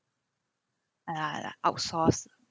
ah ah outsource